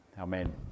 amen